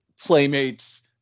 playmates